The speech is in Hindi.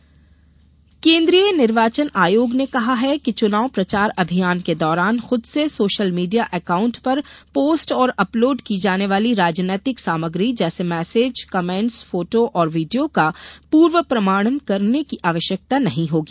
निर्वाचन आयोग केन्द्रीय निर्वाचन आयोग ने कहा है कि चुनाव प्रचार अभियान के दौरान खुद के सोशल मीडिया एकाउंट पर पोस्ट और अपलोड की जाने वाली राजनैतिक सामग्री जैसे मैसेज कमेंट्स फोटो और वीडियो का पूर्व प्रमाणन कराने की आवश्यकता नहीं होगी